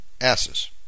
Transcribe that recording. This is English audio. asses